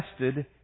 tested